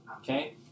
Okay